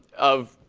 of,